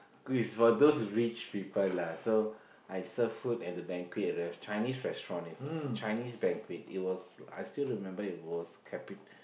it's for those rich people lah so I serve food at the banquet they have Chinese restaurant if Chinese banquet it was I still remember it was capital